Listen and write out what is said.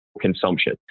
consumption